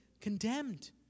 condemned